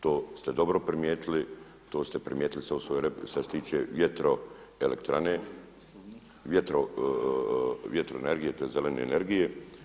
To ste dobro primijetili, to ste primijetili što se tiče vjetroelektrane, vjetroenergije tj. zelene energije.